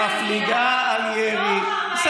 שמבליגה על ירי, ותוך 48 שעות מחסלים את הנייה.